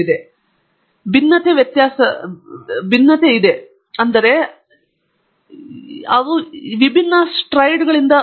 ಭಿನ್ನತೆಗಳಲ್ಲಿ ಭಿನ್ನತೆ ವ್ಯತ್ಯಾಸವಾಗಿದೆ ಅಂದರೆ ಅವರು ವಿಭಿನ್ನ ಸ್ಪ್ರೆಡ್ಗಳಿಂದ ಹೊರಬರುತ್ತಾರೆ